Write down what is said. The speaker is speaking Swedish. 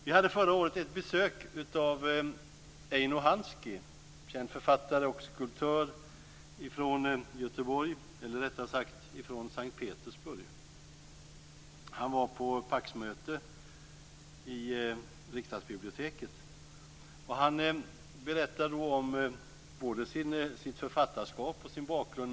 Vi hade förra året ett besök av Eino Hanski, känd författare och skulptör från Göteborg, eller rättare sagt från Sankt Petersburg. Han var på PAKS-möte i riksdagsbiblioteket. Han berättade då om både sitt författarskap och sin bakgrund.